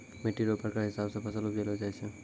मिट्टी रो प्रकार हिसाब से फसल उपजैलो जाय छै